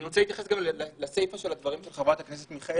אני רוצה להתייחס גם לסיפא של הדברים של חברת הכנסת מיכאלי,